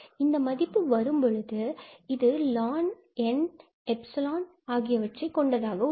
இந்த மதிப்பு வரும்பொழுது இது n𝜖ln𝑥 கொண்டதாக இருக்கிறது